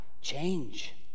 change